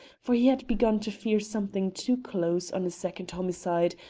for he had begun to fear something too close on a second homicide,